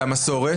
והמסורת?